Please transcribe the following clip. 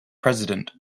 president